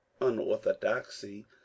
unorthodoxy